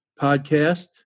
podcast